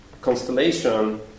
constellation